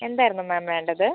എന്തായിരുന്നു മാം വേണ്ടത്